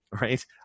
right